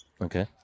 Okay